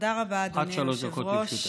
תודה רבה, אדוני היושב-ראש.